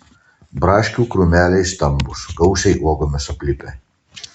braškių krūmeliai stambūs gausiai uogomis aplipę